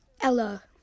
Ella